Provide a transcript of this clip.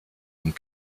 und